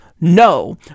No